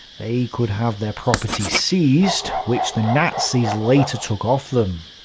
they could have their property seized, which the nazis later took off them.